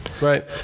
Right